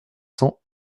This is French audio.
cents